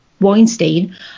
Weinstein